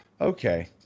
Okay